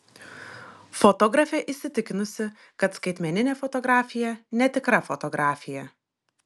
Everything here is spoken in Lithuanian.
fotografė įsitikinusi kad skaitmeninė fotografija netikra fotografija